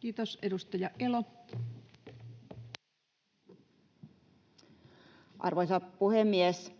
Kiitos. — Edustaja Elo. Arvoisa puhemies!